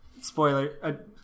Spoiler